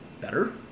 better